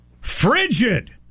Frigid